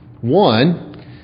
One